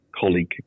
colleague